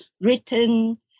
written